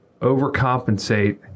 overcompensate